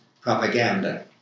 propaganda